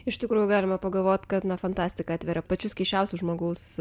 iš tikrųjų galima pagalvoti kad na fantastika atveria pačius keisčiausius žmogaus